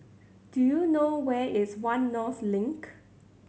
do you know where is One North Link